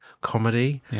comedy